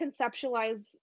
conceptualize